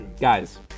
Guys